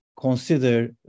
consider